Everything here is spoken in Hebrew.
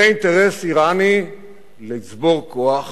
זה אינטרס אירני לצבור כוח